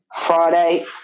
Friday –